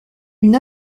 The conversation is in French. une